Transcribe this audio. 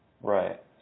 Right